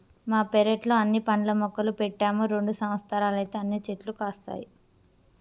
మా పెరట్లో అన్ని పండ్ల మొక్కలు పెట్టాము రెండు సంవత్సరాలైతే అన్ని చెట్లు కాస్తాయి